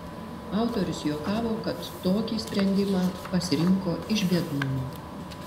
autorius juokavo kad tokį sprendimą pasirinko iš biednumo